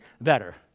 better